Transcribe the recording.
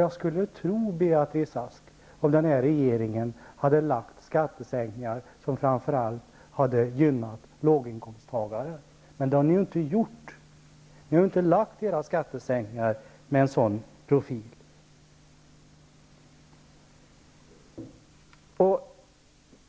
Jag skulle tro på detta, Beatrice Ask, om denna regering hade lagt fram förslag på skattesänkningar som framför allt skulle ha gynnat låginkomsttagare. Men det har den inte gjort. Ni har inte lagt fram skattesänkningar med en sådan profil.